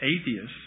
atheists